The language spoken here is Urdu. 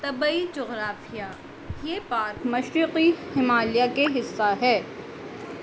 طبعی جغرافیہ یہ پارک مشرقی ہمالیہ کے حصہ ہے